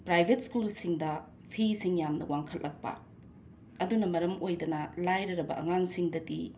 private ꯁ꯭ꯀꯨꯜꯁꯤꯡꯗ ꯐꯤꯁꯤꯡ ꯌꯥꯝꯅ ꯋꯥꯡꯈꯠꯂꯛꯄ ꯑꯗꯨꯅ ꯃꯔꯝ ꯑꯣꯏꯗꯅ ꯂꯥꯏꯔꯔꯕ ꯑꯉꯥꯡꯁꯤꯡꯗꯗꯤ